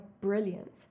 brilliant